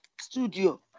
studio